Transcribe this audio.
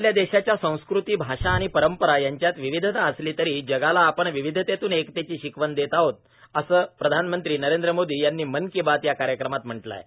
आपल्या देशाच्या संस्कृती भाषा आणि परंपरा यांच्यात विविधता असली तरी जगाला आपण विविधेतून एकतेची शिकवण देत आहोत असं पंतप्रधान नरेंद्र मोदी यांनी मन की बात या कार्यक्रमात म्हटलं आहे